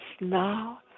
now